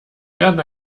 werden